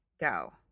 go